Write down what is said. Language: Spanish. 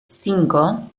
cinco